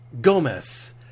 Gomez